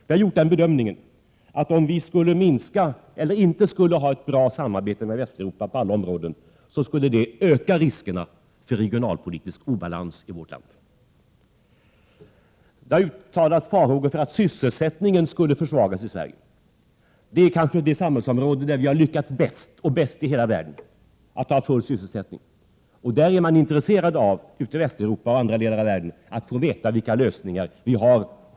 Vi har gjort bedömningen att om vi skulle minska samarbetet eller om vi inte skulle ha ett bra samarbete med Västeuropa på alla områden, skulle det öka riskerna för regionalpolitisk obalans i vårt land. 29 Det har uttalats förhågor för att sysselsättningen skulle försvagas i Sverige. Det är kanske det område i samhället där vi har lyckats bäst. Vi är bäst i hela världen på att ha full sysselsättning. I Västeuropa coh andra delar av världen är man intresserad av att få veta vilka lösningar vi har.